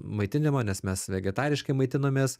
maitinimą nes mes vegetariškai maitinomės